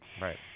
Right